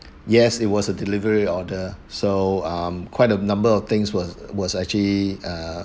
yes it was a delivery order so um quite a number of things was was actually uh